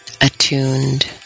attuned